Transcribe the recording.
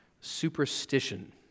superstition